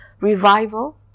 revival